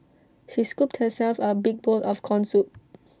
she scooped herself A big bowl of Corn Soup